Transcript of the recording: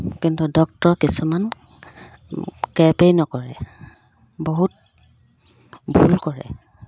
কিন্তু ডক্তৰ কিছুমান কেৰেপেই নকৰে বহুত ভুল কৰে